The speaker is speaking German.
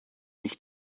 nicht